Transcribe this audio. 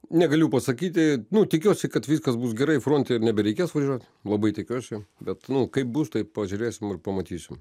negaliu pasakyti nu tikiuosi kad viskas bus gerai fronte ir nebereikės važiuot labai tikiuosi bet nu kaip bus taip pažiūrėsim ir pamatysim